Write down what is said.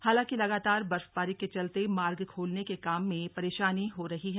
हालांकि लगातार बर्फबारी के चलते मार्ग खोलने के काम में परेशानी हो रही है